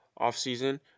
offseason